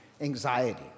anxiety